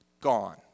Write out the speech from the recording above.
gone